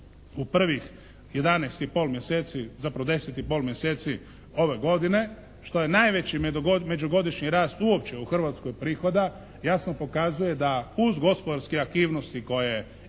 u prvih 11 i pol mjeseci, zapravo 10 i pol mjeseci ove godine što je najveći međugodišnji rast uopće u Hrvatskoj prihoda jasno pokazuje da uz gospodarske aktivnosti koje